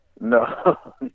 no